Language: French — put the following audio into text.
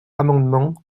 amendement